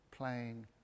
Playing